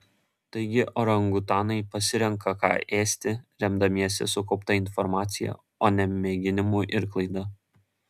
taigi orangutanai pasirenka ką ėsti remdamiesi sukaupta informacija o ne mėginimu ir klaida